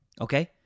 Okay